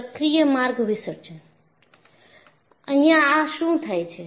સક્રિય માર્ગ વિસર્જન અહીંયા આ શું થાય છે